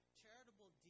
charitable